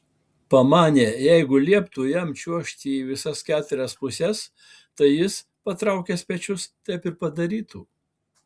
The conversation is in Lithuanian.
pamanė jeigu lieptų jam čiuožti į visas keturias puses tai jis patraukęs pečiais taip ir padarytų